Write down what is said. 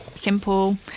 simple